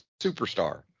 superstar